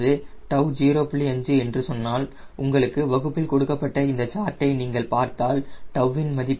5 என்று சொன்னால் உங்களுக்கு வகுப்பில் கொடுக்கப்பட்ட இந்த சார்ட்டை நீங்கள் பார்த்தால் 𝜏 இன் மதிப்பு 0